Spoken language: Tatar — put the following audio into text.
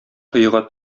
коега